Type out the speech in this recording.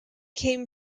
came